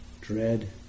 dread